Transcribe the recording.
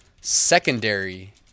secondary